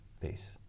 Peace